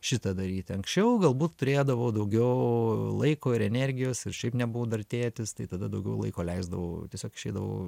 šitą daryti anksčiau galbūt turėdavau daugiau laiko ir energijos ir šiaip nebuvau dar tėtis tai tada daugiau laiko leisdavau tiesiog išeidavau